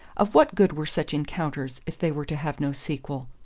of what good were such encounters if they were to have no sequel?